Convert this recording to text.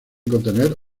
contener